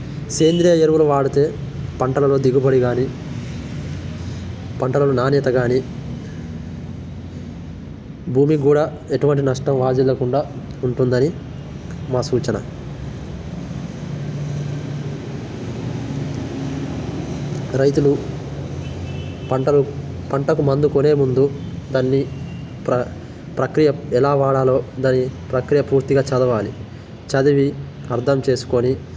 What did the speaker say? సేంద్రియ ఎరువులు వాడితే పంటలలో దిగుబడి కాని పంటలలో నాణ్యత కాని భూమికి కూడా ఎటువంటి నష్టం వాటిల్లకుండా ఉంటుందని మా సూచన రైతులు పంటలు పంటకు మందు కొనే ముందు దాన్ని ప్ర ప్రక్రియ ఎలా వాడాలో దాని ప్రక్రియ పూర్తిగా చదవాలి చదివి అర్థం చేసుకొని